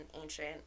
ancient